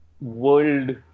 world